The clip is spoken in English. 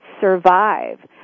survive